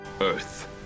Earth